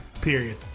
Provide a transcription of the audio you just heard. Period